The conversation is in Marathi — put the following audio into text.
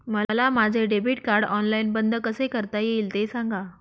मला माझे डेबिट कार्ड ऑनलाईन बंद कसे करता येईल, ते सांगा